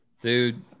Dude